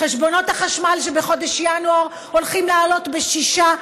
חשבונות החשמל שבחודש ינואר הולכים לעלות ב-6%,